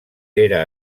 era